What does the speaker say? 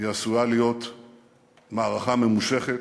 היא עשויה להיות מערכה ממושכת.